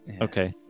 Okay